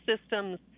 systems